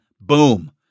boom